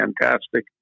fantastic